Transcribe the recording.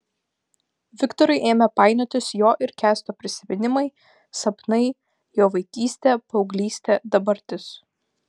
viktorui ėmė painiotis jo ir kęsto prisiminimai sapnai jo vaikystė paauglystė dabartis